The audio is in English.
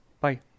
bye